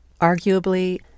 Arguably